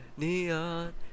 Neon